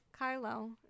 Kylo